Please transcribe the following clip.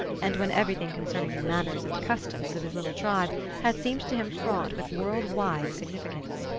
and when everything concerning the manners and customs of his little tribe had seemed to him fraught with world-wide significance.